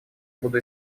буду